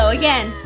again